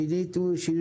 זו השיטה שצריך ללכת בה.